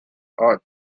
art